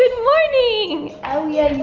morning. oh yeah